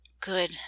Good